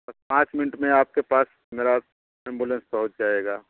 बस पाँच मिन्ट में आपके पास मेरा एंबुलेंस पहुँच जाएगा